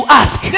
ask